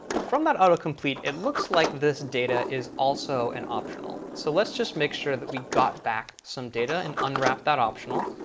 from that autocomplete, it looks like this data is also an optional, so let's just make sure that we got back some data and unwrap that optional.